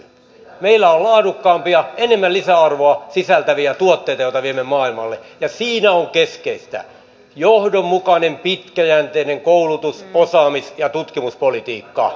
meillä on laadukkaampia enemmän lisäarvoa sisältäviä tuotteita joita viemme maailmalle ja siinä on keskeistä johdonmukainen pitkäjänteinen koulutus osaamis ja tutkimuspolitiikka